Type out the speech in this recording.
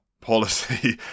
policy